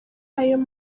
ayo